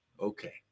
Okay